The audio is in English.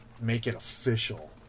make-it-official